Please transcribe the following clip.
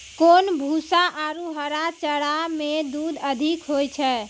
कोन भूसा आरु हरा चारा मे दूध अधिक होय छै?